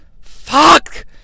Fuck